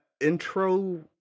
intro